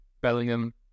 Bellingham